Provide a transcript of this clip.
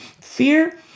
Fear